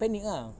panic ah